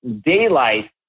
daylight